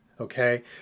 Okay